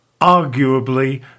arguably